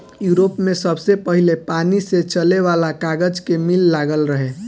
Europe में सबसे पहिले पानी से चले वाला कागज के मिल लागल रहे